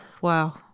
wow